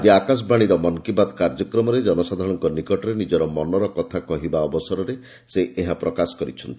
ଆଜି ଆକାଶବାଣୀର ମନ୍ କି ବାତ୍ କାର୍ଯ୍ୟକ୍ରମରେ ଜନସାଧାରଣଙ୍କ ନିକଟରେ ନିଜର ମନର କଥା କହିବା ଅବସରରେ ସେ ଏହା ପ୍ରକାଶ କରିଛନ୍ତି